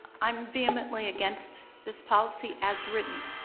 i'm vehemently against this policy as written,